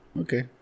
Okay